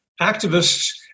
activists